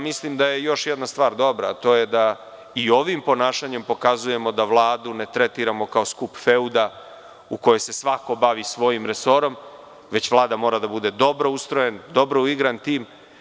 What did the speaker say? Mislim da je još jedna stvar dobra, a to je da i ovim ponašanjem pokazujemo da Vladu ne tretiramo kao skup feuda u kojoj se svako bavi svojim resorom, već Vlada mora da bude dobro ustrojen, dobro uigran tim.